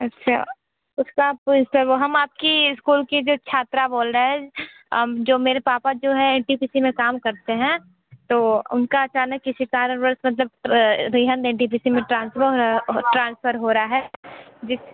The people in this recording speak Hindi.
अच्छा उसका प्रिंसिपल हम आपकी स्कूल की जो छात्रा बोल रहे हैं जो मेरे पापा जो हैं एन टी पी सी में काम करते हैं तो उनका अचानक किसी कारणवश मतलब Rihand N T P C में ट्रांसफर ट्रांसफर हो रहा है जिस